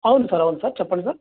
అవును సార్ అవును సార్ చెప్పండి సార్